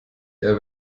eher